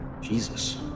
Jesus